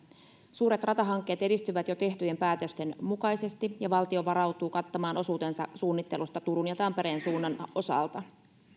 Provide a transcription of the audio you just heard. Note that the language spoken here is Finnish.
suuret ratahankkeet edistyvät jo tehtyjen päätösten mukaisesti ja valtio varautuu kattamaan osuutensa suunnittelusta turun ja tampereen suunnan osalta